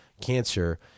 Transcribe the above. cancer